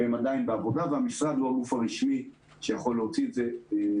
הם עדיין בעבודה והמשרד הוא הגוף הרשמי שיכול להוציא את זה אל הפועל,